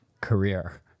career